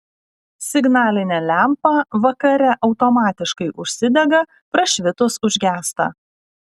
signalinė lempa vakare automatiškai užsidega prašvitus užgęsta